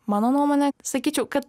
mano nuomone sakyčiau kad